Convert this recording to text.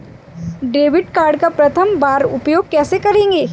Debit card का प्रथम बार उपयोग कैसे करेंगे?